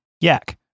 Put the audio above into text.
Yak